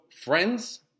friends